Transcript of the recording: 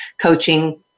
coaching